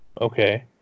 Okay